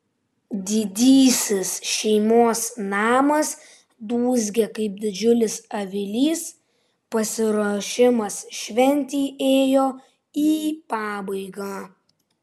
didysis šeimos namas dūzgė kaip didžiulis avilys pasiruošimas šventei ėjo į pabaigą